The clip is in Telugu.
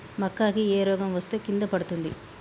మక్కా కి ఏ రోగం వస్తే కింద పడుతుంది?